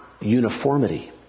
uniformity